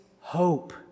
hope